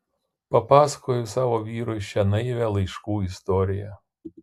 papasakojau savo vyrui šią naivią laiškų istoriją